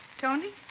Tony